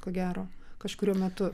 ko gero kažkuriuo metu